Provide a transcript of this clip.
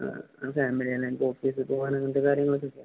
ആ ഫാമിലി അല്ലെൻ് ഓഫീസ് പോവൻ അങ്ങനത്തെ കാര്യങ്ങളൊക്കെെയാ